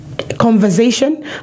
conversation